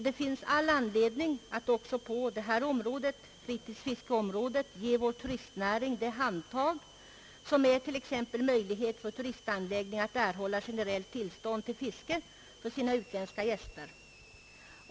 Det finns all anledning att också på fritidsfiskets område ge vår turistnäring det handtag som det innebär att t.ex. bereda möjlighet för turistanläggning att erhålla generellt tillstånd till fiske för sina utländska gäster.